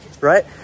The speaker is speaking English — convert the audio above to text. right